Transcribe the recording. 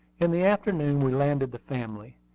in the afternoon we landed the family,